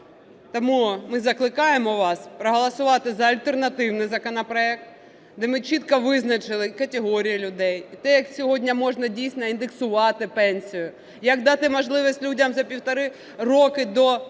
Тому ми закликаємо вас проголосувати за альтернативний законопроект, де ми чітко визначили категорії людей, те, як сьогодні можна, дійсно, індексувати пенсію, як дати можливість людям за півтора року до початку